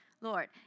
Lord